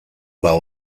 bada